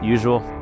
Usual